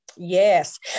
Yes